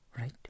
right